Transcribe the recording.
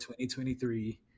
2023